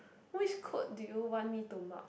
which code do you want me to mark